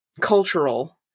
cultural